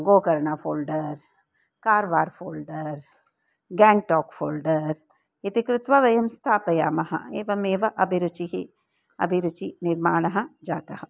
Gokarna folder Karwar folder Gangtok folder इति कृत्वा वयं स्थापयामः एवमेव अभिरुचिः अभिरुचिनिर्माणः जातः